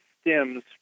stems